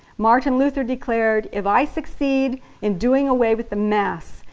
martin luther declared if i succeed in doing away with the mass,